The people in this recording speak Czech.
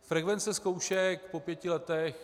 Frekvence zkoušek po pěti letech.